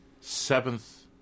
Seventh